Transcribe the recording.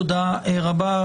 תודה רבה.